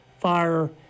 fire